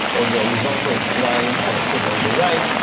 or the horizontal line on the table on the right,